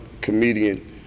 comedian